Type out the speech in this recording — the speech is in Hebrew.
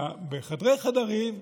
בחדרי-חדרים,